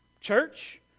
church